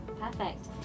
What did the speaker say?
Perfect